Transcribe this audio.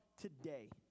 today